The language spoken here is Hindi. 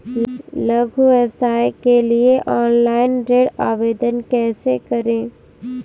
लघु व्यवसाय के लिए ऑनलाइन ऋण आवेदन कैसे करें?